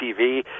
TV